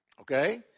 Okay